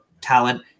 talent